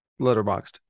Letterboxed